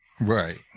Right